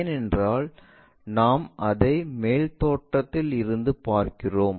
ஏனென்றால் நாம் அதை மேல் தோற்றத்தில் இருந்து பார்க்கிறோம்